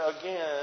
again